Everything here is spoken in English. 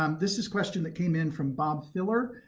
um this is question that came in from bob filler.